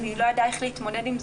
והיא לא ידעה איך להתמודד עם זה,